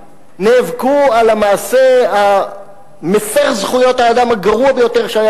נאבקו על המעשה המפר זכויות האדם הגרוע ביותר שהיה